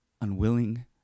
unwilling